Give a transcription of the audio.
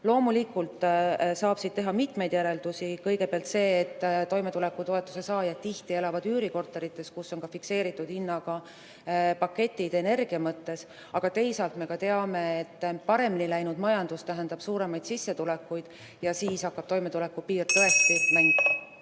Loomulikult saab sellest teha mitmeid järeldusi. Kõigepealt see, et toimetulekutoetuse saajad elavad tihti üürikorterites, kus on fikseeritud hinnaga energiapaketid. Aga teisalt me teame, et paremini läinud majandus tähendab suuremaid sissetulekuid ja siis hakkab toimetulekupiir tõesti ...